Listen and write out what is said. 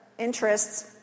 interests